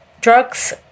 Drugs